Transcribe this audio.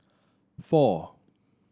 four